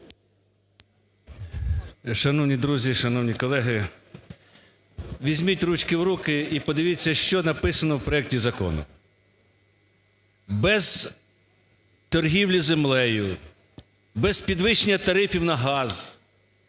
Шановні друзі, шановні колеги, візьміть ручки в руки і подивіться, що написано в проекті закону. Без торгівлі землею, без підвищення тарифів на газ, без страшних умов,